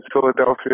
Philadelphia